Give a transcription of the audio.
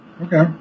Okay